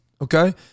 Okay